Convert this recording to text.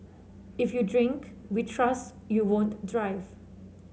if you drink we trust you won't drive